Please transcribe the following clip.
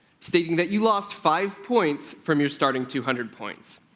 stating that you lost five points from your starting two hundred points.